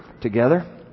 together